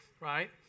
right